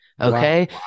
okay